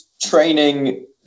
training